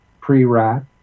pre-rat